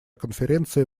конференции